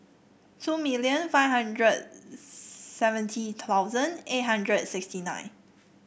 million five hundred seventy thousand eight hundred sixty nine